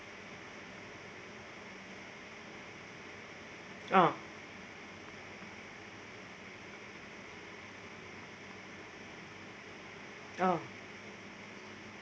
oh oh